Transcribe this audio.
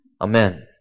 Amen